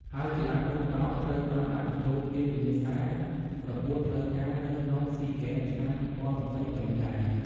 ហើយកីឡាទូកក្ដោងត្រូវបានដាក់បញ្ចូលជាវិញ្ញាសាប្រកួតផ្លូវការនៅក្នុងស៊ីហ្គេមឆ្នាំ២០២៣ដែរ។